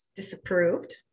disapproved